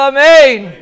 Amen